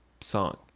song